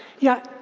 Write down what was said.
yeah,